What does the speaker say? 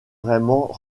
vraiment